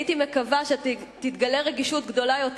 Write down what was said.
הייתי מקווה שתתגלה רגישות גדולה יותר